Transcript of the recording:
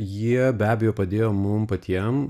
jie be abejo padėjo mum patiem